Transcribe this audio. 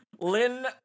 Lynn